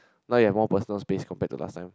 now you have more personal space compared to last time